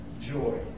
joy